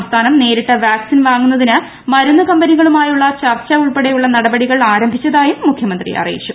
സംസ്ഥാനം നേരിട്ട് വാക്സിൻ വാങ്ങുന്നതിന് മരുന്ന് കമ്പനികളുമായുള്ള ചർച്ച ഉൾപ്പെടെയുള്ള നടപടികൾ ആരംഭിച്ചതായും മുഖ്യമന്ത്രി അറിയിച്ചു